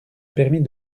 permis